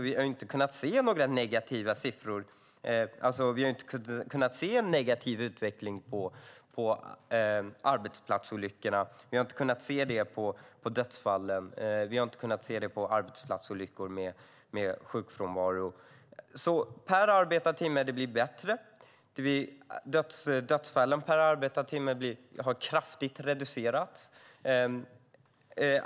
Vi har inte kunnat se någon negativ utveckling på arbetsplatsolyckorna eller på dödsfallen. Per arbetad timme har det blivit bättre. Antalet dödsfall per arbetad timme har kraftigt reducerats.